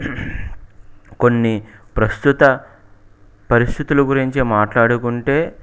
కొన్ని ప్రస్తుత పరిస్థితుల గురించి మాట్లాడుకుంటే